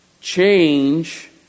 change